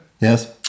Yes